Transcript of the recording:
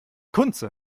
kunze